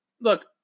Look